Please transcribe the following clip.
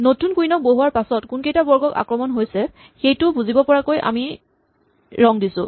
নতুন কুইন ক বহুওৱাৰ পাছত কোনকেইটা বৰ্গত আক্ৰমণ হৈছে সেইটো বুজিব পৰাকৈ আমি ৰং দি দিছো